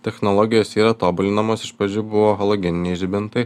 technologijos yra tobulinamos iš pradžių buvo halogeniniai žibintai